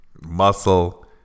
muscle